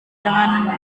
denganmu